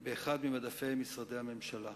על אחד ממדפי משרדי הממשלה.